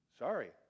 sorry